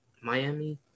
Miami